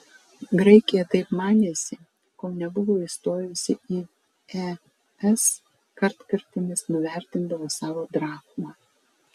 graikija taip manėsi kol nebuvo įstojusi į es kartkartėmis nuvertindavo savo drachmą